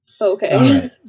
okay